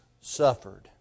suffered